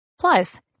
Plus